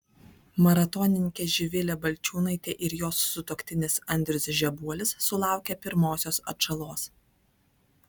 maratonininkė živilė balčiūnaitė ir jos sutuoktinis andrius žebuolis sulaukė pirmosios atžalos